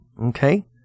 okay